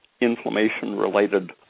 inflammation-related